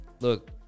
Look